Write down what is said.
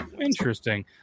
interesting